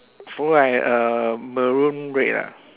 follow by uh maroon red ah